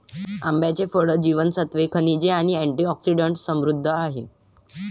आंब्याचे फळ जीवनसत्त्वे, खनिजे आणि अँटिऑक्सिडंट्सने समृद्ध आहे